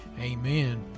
Amen